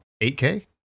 8K